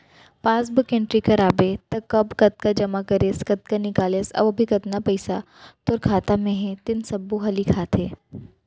passbook entry कराबे त कब कतका जमा करेस, कतका निकालेस अउ अभी कतना पइसा तोर खाता म हे तेन सब्बो ह लिखाथे